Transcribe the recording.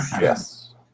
yes